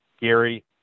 Gary